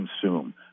consume